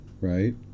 Right